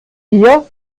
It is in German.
dir